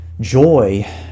Joy